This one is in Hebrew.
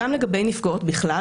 גם לגבי נפגעות בכלל,